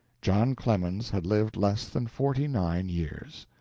john clemens had lived less than forty-nine years.